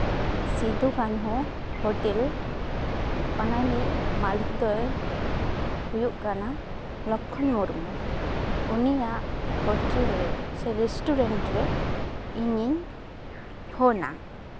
Sidhu Kanhu hotel ᱚᱱᱟ ᱨᱤᱱᱤᱡ ᱢᱟᱹᱞᱤᱠ ᱫᱚ ᱦᱩᱭᱩᱜ ᱠᱟᱱᱟ ᱞᱚᱠᱠᱷᱚᱱ ᱢᱩᱨᱢᱩ ᱩᱱᱤᱭᱟᱜ ᱦᱳᱴᱮᱞ ᱨᱮ ᱥᱮ ᱨᱮᱥᱴᱩᱨᱮᱱᱴ ᱨᱮ ᱤᱧᱤᱧ ᱯᱷᱳᱱᱟ